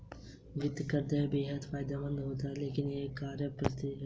वित्तीय करियर बेहद फायदेमंद हो सकता है लेकिन यह एक कुख्यात प्रतिस्पर्धी क्षेत्र है